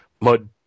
Mud